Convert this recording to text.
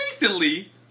recently